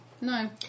No